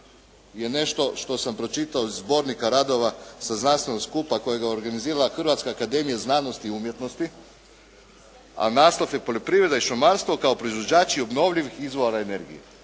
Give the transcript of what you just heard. je nešto što sam pročitao iz Zbornika radova sa znanstvenog skupa kojega je organizirala Hrvatska akademija znanosti i umjetnosti a naslov je "Poljoprivreda i šumarstvo kao proizvođači obnovljivih izvora energije".